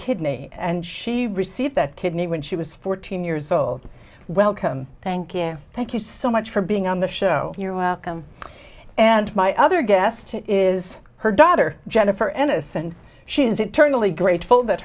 kidney and she received that kidney when she was fourteen years old welcome thank you thank you so much for being on the show you're welcome and my other guest is her daughter jennifer aniston she is it turned only grateful that